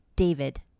David